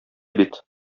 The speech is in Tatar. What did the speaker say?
бит